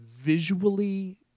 visually